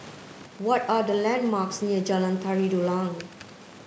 what are the landmarks near Jalan Tari Dulang